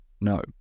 No